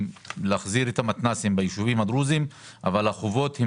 להחזיר את המתנ"סים ביישובים הדרוזים אבל החובות הם